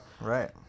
Right